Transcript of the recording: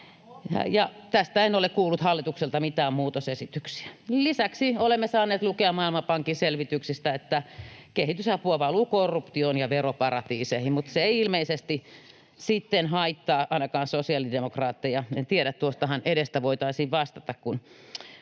Tästä en ole kuullut hallitukselta mitään muutosesityksiä. Lisäksi olemme saaneet lukea Maailmanpankin selvityksistä, että kehitysapua valuu korruptioon ja veroparatiiseihin, mutta se ei ilmeisesti sitten haittaa ainakaan sosiaalidemokraatteja. En tiedä. Tuosta edestähän voitaisiin vastata, kun